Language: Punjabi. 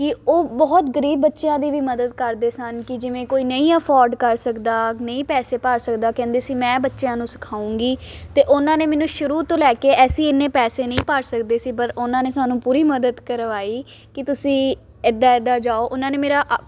ਕਿ ਉਹ ਬਹੁਤ ਗਰੀਬ ਬੱਚਿਆਂ ਦੀ ਵੀ ਮਦਦ ਕਰਦੇ ਸਨ ਕਿ ਜਿਵੇਂ ਕੋਈ ਨਹੀਂ ਅਫੋਰਡ ਕਰ ਸਕਦਾ ਨਹੀਂ ਪੈਸੇ ਭਰ ਸਕਦਾ ਕਹਿੰਦੇ ਸੀ ਮੈਂ ਬੱਚਿਆਂ ਨੂੰ ਸਿਖਾਊਂਗੀ ਅਤੇ ਉਹਨਾਂ ਨੇ ਮੈਨੂੰ ਸ਼ੁਰੂ ਤੋਂ ਲੈ ਕੇ ਅਸੀਂ ਇੰਨੇ ਪੈਸੇ ਨਹੀਂ ਭਰ ਸਕਦੇ ਸੀ ਪਰ ਉਹਨਾਂ ਨੇ ਸਾਨੂੰ ਪੂਰੀ ਮਦਦ ਕਰਵਾਈ ਕਿ ਤੁਸੀਂ ਇੱਦਾਂ ਇੱਦਾਂ ਜਾਓ ਉਹਨਾਂ ਨੇ ਮੇਰਾ